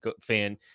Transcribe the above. fan